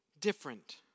different